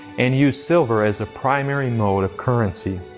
and used silver as a primary mode of currency.